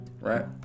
Right